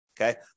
Okay